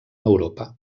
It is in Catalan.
europa